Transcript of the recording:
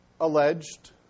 alleged